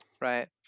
right